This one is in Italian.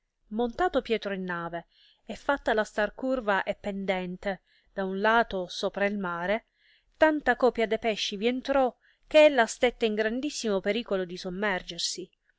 montato pietro in nave e fattala star curva e pendente da uno lato sopra il mare tanta copia de pesci vi entrò che ella stette in grandissimo pericolo di sommergersi